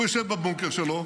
הוא יושב בבונקר שלו,